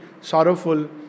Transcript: sorrowful